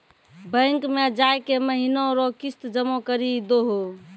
bank मे जाय के महीना रो किस्त जमा करी दहो